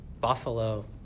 Buffalo